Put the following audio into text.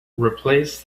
replace